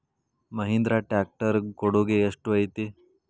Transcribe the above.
Mahindra tractor ಕೊಡುಗೆ ಎಷ್ಟು ಐತಿ?